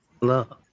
love